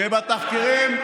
או שהגיע,